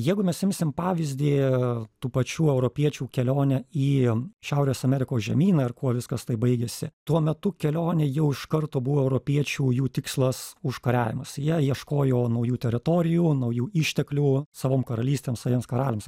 jeigu mes imsim pavyzdį tų pačių europiečių kelionę į šiaurės amerikos žemyną ir kuo viskas tai baigėsi tuo metu kelionė jau iš karto buvo europiečių jų tikslas užkariavimas jie ieškojo naujų teritorijų naujų išteklių savom karalystėm saviems karaliams